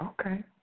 Okay